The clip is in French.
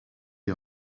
est